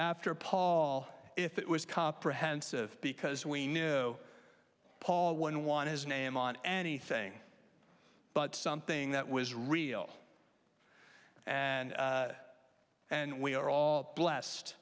after paul if it was comprehensive because we knew paul when want his name on anything but something that was real and and we are all blessed